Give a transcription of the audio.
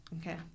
Okay